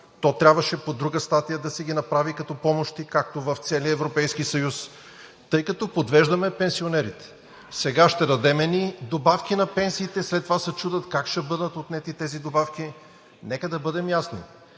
то трябваше по друга статия да си ги направи като помощи, както е в целия Европейски съюз, тъй като подвеждаме пенсионерите – сега ще дадем едни добавки на пенсиите, след това ще се чудят как ще бъдат отнети тези добавки. Нека да бъдем ясни.